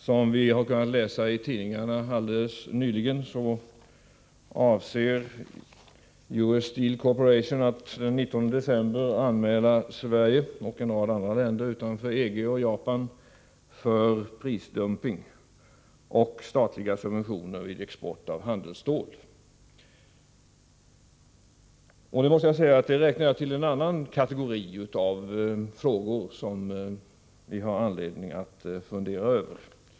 Som vi har kunnat läsa i tidningarna alldeles nyligen avser US Steel Corporation att den 19 december anmäla Sverige och en rad andra länder utanför EG och Japan för prisdumping och statliga subventioner vid export av handelsstål. Jag måste säga att jag räknar det här till en annan kategori frågor, som vi har anledning att fundera över.